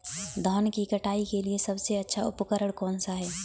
धान की कटाई के लिए सबसे अच्छा उपकरण कौन सा है?